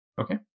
Okay